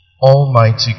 Almighty